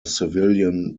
civilian